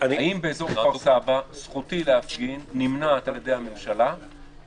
האם באזור כפר סבא זכותי להפגין נמנעת על ידי הממשלה על פי הצעת החוק?